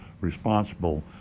responsible